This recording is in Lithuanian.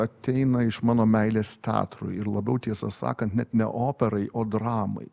ateina iš mano meilės teatrui ir labiau tiesą sakant net ne operai o dramai